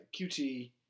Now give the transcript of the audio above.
QT